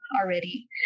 already